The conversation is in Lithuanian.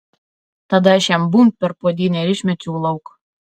tada aš jam bumbt per puodynę ir išmečiau lauk